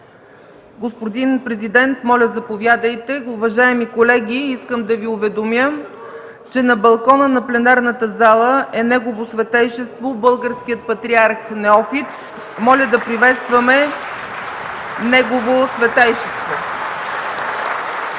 Господин Президент, моля заповядайте. Уважаеми колеги, искам да Ви уведомя, че на балкона на пленарната зала е Негово Светейшество Българският патриарх Неофит. Моля да приветстваме Негово Светейшество!